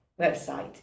website